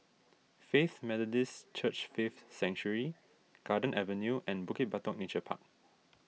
Faith Methodist Church Faith Sanctuary Garden Avenue and Bukit Batok Nature Park